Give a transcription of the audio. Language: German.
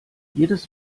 jedes